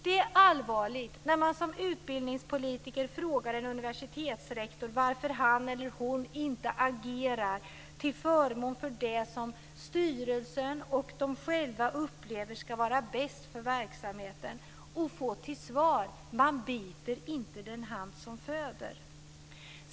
Det är allvarligt när man som utbildningspolitiker frågar en universitetsrektor varför han eller hon inte agerar till förmån för det som styrelsen och de själva upplever ska vara bäst för verksamheten och får till svar att "man biter inte den hand som föder".